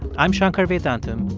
i'm shankar vedantam,